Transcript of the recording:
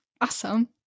Awesome